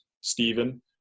Stephen